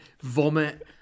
vomit